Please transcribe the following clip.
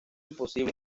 imposible